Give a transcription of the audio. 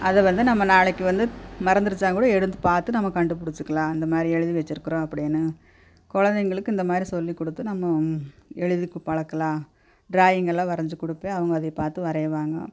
அதை வந்து நம்ம நாளைக்கு வந்து மறந்திருச்சாங்கூட எடுத்து பார்த்து நம்ம கண்டுபுடிச்சிக்கலாம் இந்த மாதிரி எழுதி வச்சிருக்கிறோம் அப்டீன்னு குழந்தைங்களுக்கு இந்த மாதிரி சொல்லி கொடுத்து நம்ம எழுதி பழகலாம் டிராயிங்கெல்லாம் வரைஞ்சி கொடுப்பேன் அவங்க அதே பார்த்து வரைவாங்க